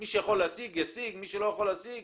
מי שיכול להשיג ישיג, מי שלא יכול להשיג